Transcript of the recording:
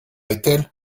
etel